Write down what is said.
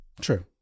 True